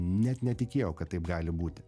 net netikėjau kad taip gali būti